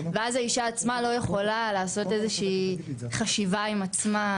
ואז האישה עצמה לא יכולה לעשות איזושהי חשיבה עם עצמה.